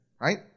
right